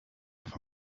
off